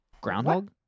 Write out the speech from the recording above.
Groundhog